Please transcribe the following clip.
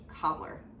Cobbler